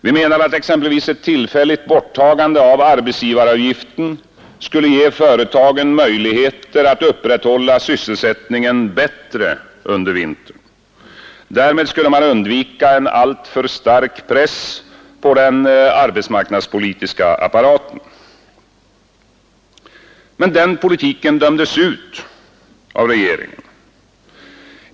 Vi menar att exempelvis ett tillfälligt borttagande av arbetsgivaravgiften skulle ge företagen möjligheter att upprätthålla sysselsättningen bättre under vintern. Därmed skulle man undvika en alltför stark press på den arbetsmarknadspolitiska apparaten. Men den politiken dömdes ut av regeringen.